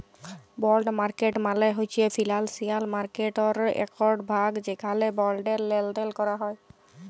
বল্ড market মালে হছে financial মার্কেটটর একট ভাগ যেখালে বল্ডের লেলদেল ক্যরা হ্যয়